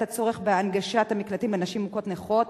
הצורך בהנגשת המקלטים לנשים מוכות נכות,